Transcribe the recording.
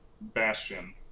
Bastion